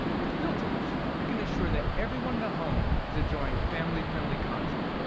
with filters, you can ensure that everyone in the home is enjoying family-friendly content.